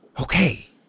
Okay